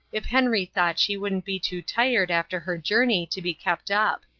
if henry thought she wouldn't be too tired after her journey to be kept up.